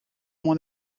mon